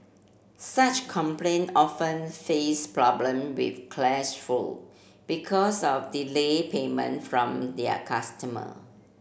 such complain often face problem with clash flow because of delayed payment from their customer